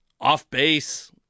off-base